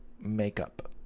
makeup